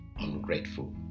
ungrateful